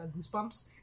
Goosebumps